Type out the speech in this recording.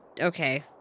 okay